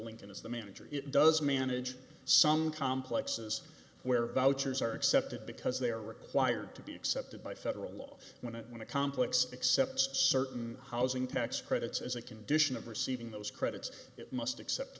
lincoln as the manager it does manage some complexes where vouchers are accepted because they are required to be accepted by federal law when it when a complex accepts certain housing tax credits as a condition of receiving those credits it must accept